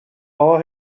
all